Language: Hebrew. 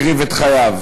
הקריב את חייו,